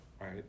right